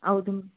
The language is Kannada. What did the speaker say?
ಹೌದು